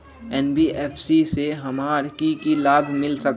NBFC से हमार की की लाभ मिल सक?